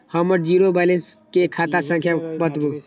हमर zero balance के खाता संख्या बतबु?